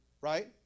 Right